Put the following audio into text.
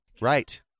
Right